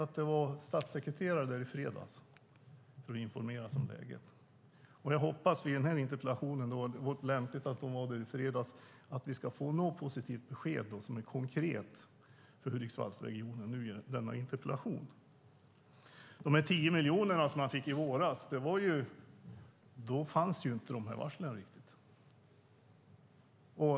Jag vet att statssekreteraren var där i fredags och informerade om läget, och det var lämpligt. Jag hoppas att vi nu i denna interpellationsdebatt får något konkret besked som är positivt för Hudiksvallsregionen. Det kom 10 miljoner i våras, men då hade inte de här varslen riktigt kommit.